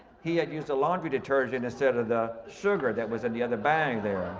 he had used a laundry detergent instead of the sugar that was in the other bag there.